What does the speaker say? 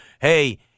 hey